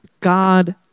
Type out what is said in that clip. God